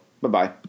Bye-bye